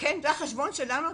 כן, זה החשבון שעשינו.